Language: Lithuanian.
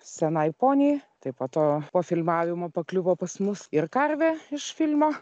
senai poniai tai po to po filmavimo pakliuvo pas mus ir karvė iš filmo